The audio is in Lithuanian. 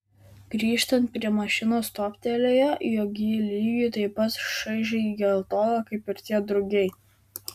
grįžtant prie mašinos toptelėjo jog ji lygiai taip pat šaižiai geltona kaip ir tie drugiai